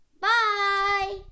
Bye